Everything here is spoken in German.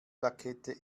plakette